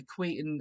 equating